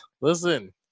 listen